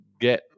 get